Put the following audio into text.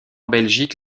belgique